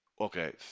Okay